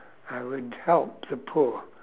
I would help the poor